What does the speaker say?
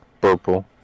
purple